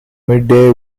midday